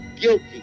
guilty